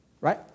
Right